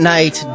Night